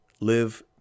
live